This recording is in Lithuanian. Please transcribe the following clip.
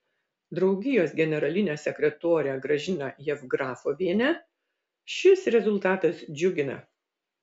draugijos generalinę sekretorę gražiną jevgrafovienę šis rezultatas džiugina